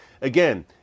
again